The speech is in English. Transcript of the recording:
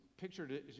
pictured